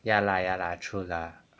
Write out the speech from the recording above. ya lah ya lah true lah